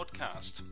podcast